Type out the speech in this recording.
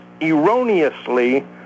erroneously